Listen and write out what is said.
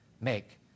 make